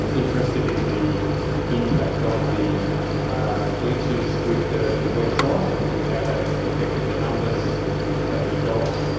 um interested in the impact of the glitches with the the website and and how that ah affected the numbers that you got,